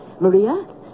Maria